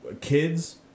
Kids